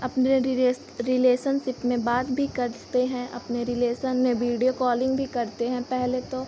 अपने रिलेसनसिप में बात भी करते हैं अपने रिलेसन में बीडियो कॉलिंग भी करते हैं पहेले तो